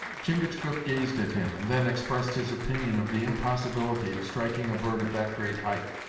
chingachgook gazed at him, and then expressed his opinion of the impossibility of striking a bird at that great height,